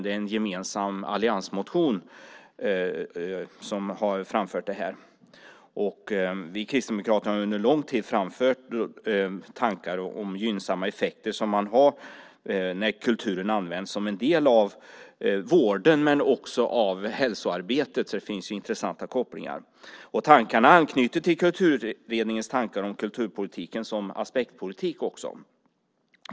Det framförs i en gemensam alliansmotion. Vi kristdemokrater har under en lång tid framfört tankar om de gynnsamma effekter det har när kulturen används som en del av vården. Men också i hälsoarbetet finns det intressanta kopplingar. Tankarna anknyter till Kulturutredningens tankar om kulturpolitiken som aspektpolitik.